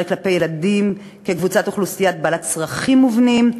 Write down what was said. כלפי ילדים כקבוצת אוכלוסייה בעלת צרכים מובנים,